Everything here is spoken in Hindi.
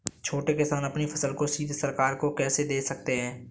छोटे किसान अपनी फसल को सीधे सरकार को कैसे दे सकते हैं?